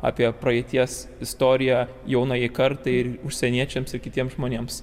apie praeities istoriją jaunajai kartai ir užsieniečiams kitiems žmonėms